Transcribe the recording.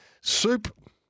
Soup